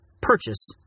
purchase